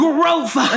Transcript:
Growth